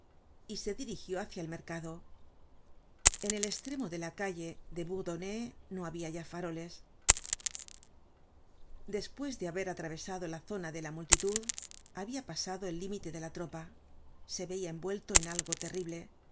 y se dirigió hácia el mercado en el estremo de la calle de bourdonnais no habia ya faroles despues de haber atravesado la zona de la multitud habia pasado el límite de la tropa se veia envuelto en algo terrible